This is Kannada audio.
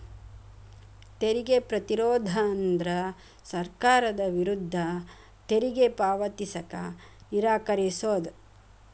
ತೆರಿಗೆ ಪ್ರತಿರೋಧ ಅಂದ್ರ ಸರ್ಕಾರದ ವಿರುದ್ಧ ತೆರಿಗೆ ಪಾವತಿಸಕ ನಿರಾಕರಿಸೊದ್